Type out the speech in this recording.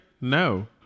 no